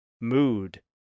mood